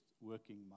working